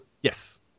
Yes